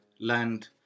Land